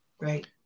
Right